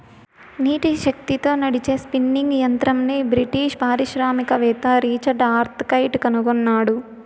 నీటి శక్తితో నడిచే స్పిన్నింగ్ యంత్రంని బ్రిటిష్ పారిశ్రామికవేత్త రిచర్డ్ ఆర్క్రైట్ కనుగొన్నాడు